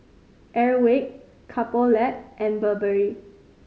Airwick Couple Lab and Burberry